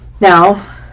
Now